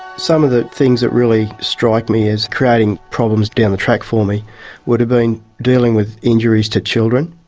some of the things that really strike me as creating problems down the track for me would have been dealing with injuries to children,